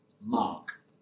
Mark